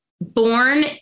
born